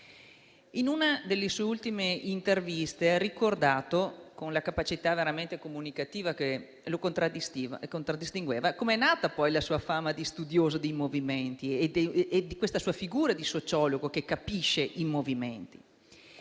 In una delle sue ultime interviste ha ricordato, con la capacità comunicativa che lo contraddistingueva, come è nata poi la sua fama di studioso dei movimenti e questa sua figura di sociologo che capisce i movimenti.